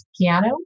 piano